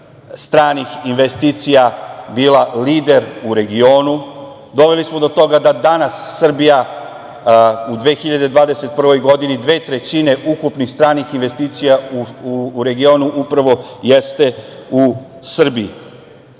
stranih investicija bila lider u regionu. Doveli smo do toga da danas Srbija u 2021.godini dve trećine ukupnih stranih investicija u regionu upravo jeste u Srbiji. Zar